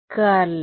విద్యార్థి కర్ల్